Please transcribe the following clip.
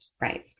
Right